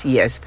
Yes